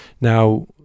Now